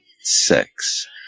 sex